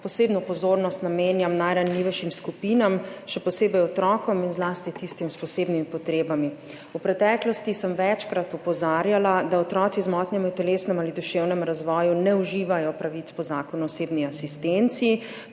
posebno pozornost namenjam najranljivejšim skupinam, še posebej otrokom in zlasti tistim s posebnimi potrebami. V preteklosti sem večkrat opozarjala, da otroci z motnjami v telesnem ali duševnem razvoju ne uživajo pravic po Zakonu o osebni asistenci,